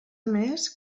més